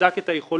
שבדק את היכולות.